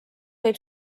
võib